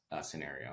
scenario